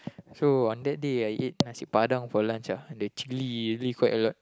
so on that day I ate nasi-padang for lunch ah the chilli really quite a lot